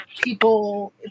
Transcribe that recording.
People